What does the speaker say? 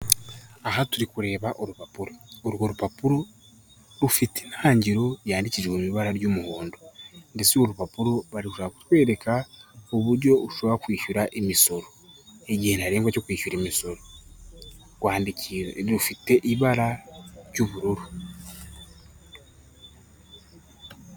Aha turi kureba urupapuro, urwo rupapuro rufite intangiriro yandikijwe ibara ry'umuhondo, ndetse urwo rupapuro bari gushaka kutwereka uburyo ushobora kwishyura imisoro, igihe ntarengwa cyo kwishyura imisoro rwandiki... rufite ibara ry'ubururu.